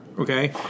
okay